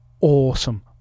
Awesome